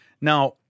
Now